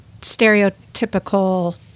stereotypical